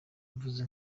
mvuze